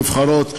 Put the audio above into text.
נבחרות,